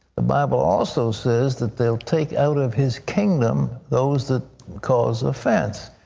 the bible also says that they'll take out of his kingdom those that cause offense.